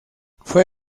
fue